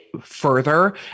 further